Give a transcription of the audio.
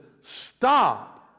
stop